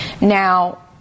Now